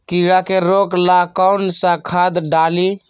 कीड़ा के रोक ला कौन सा खाद्य डाली?